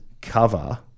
cover